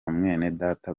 mwenedata